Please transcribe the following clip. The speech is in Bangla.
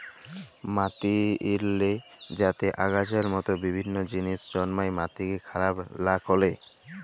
মাটিল্লে যাতে আগাছার মত বিভিল্ল্য জিলিস জল্মায় মাটিকে খারাপ লা ক্যরে